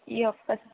ఈ ఒక్క